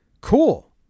cool